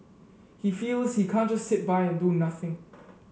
he feels he can't just sit by and do nothing